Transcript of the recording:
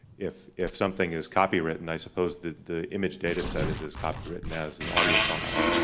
if if something is copy written, i suppose the the image data set is as copy written as an audio file,